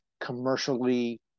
Commercially